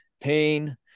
pain